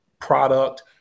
product